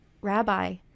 rabbi